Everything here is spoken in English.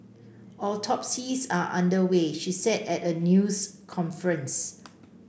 autopsies are under way she said at a news conference